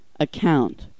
Account